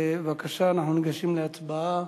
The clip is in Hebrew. בבקשה, אנחנו ניגשים להצבעה.